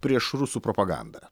prieš rusų propagandą